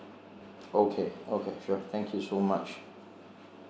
okay okay sure thank you so much